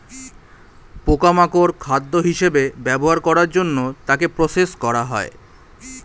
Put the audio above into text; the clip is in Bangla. পোকা মাকড় খাদ্য হিসেবে ব্যবহার করার জন্য তাকে প্রসেস করা হয়